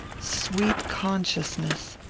sweet consciousness!